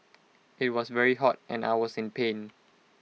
IT was very hot and I was in pain